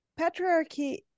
patriarchy